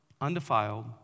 undefiled